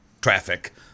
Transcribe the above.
traffic